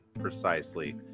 Precisely